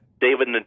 David